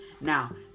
Now